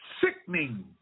sickening